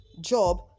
job